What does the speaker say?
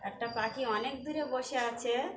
একটা পাখি অনেক দূরে বসে আছে